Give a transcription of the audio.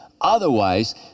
Otherwise